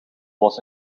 was